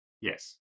Yes